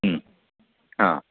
हां